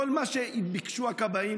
שניים,